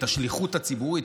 את השליחות הציבורית,